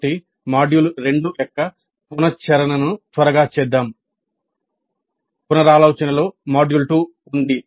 కాబట్టి మాడ్యూల్ 2 యొక్క పునశ్చరణను త్వరగా చేద్దాం పునరాలోచనలో మాడ్యూల్ 2 ఉంది